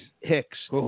Hicks